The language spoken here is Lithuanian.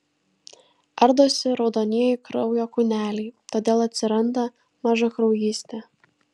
ardosi raudonieji kraujo kūneliai todėl atsiranda mažakraujystė